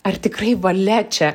ar tikrai valia čia